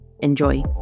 Enjoy